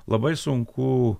labai sunku